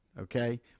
okay